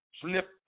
slip